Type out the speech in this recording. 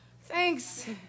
Thanks